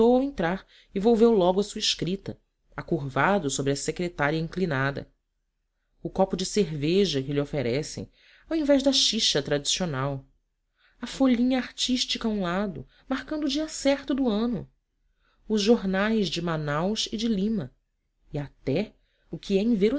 ao entrar e volveu logo à sua escrita acurvado sobre a secretária inclinada o copo de cerveja que lhe oferecem ao invés da chicha tradicional a folhinha artística a um lado marcando o dia certo do ano os jornais de manaus e de lima e até o que é